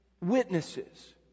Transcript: witnesses